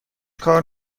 کار